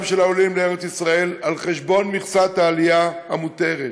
של העולים לארץ-ישראל על חשבון מכסת העלייה המותרת,